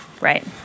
right